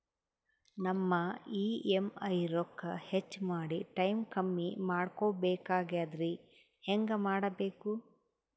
ನಮ್ಮ ಇ.ಎಂ.ಐ ರೊಕ್ಕ ಹೆಚ್ಚ ಮಾಡಿ ಟೈಮ್ ಕಮ್ಮಿ ಮಾಡಿಕೊ ಬೆಕಾಗ್ಯದ್ರಿ ಹೆಂಗ ಮಾಡಬೇಕು?